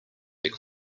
their